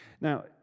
Now